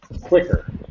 quicker